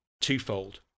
twofold